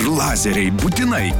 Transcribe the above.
lazeriai būtinai